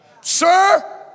Sir